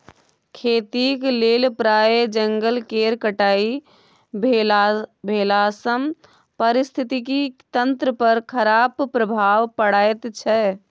खेतीक लेल प्राय जंगल केर कटाई भेलासँ पारिस्थितिकी तंत्र पर खराप प्रभाव पड़ैत छै